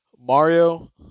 Mario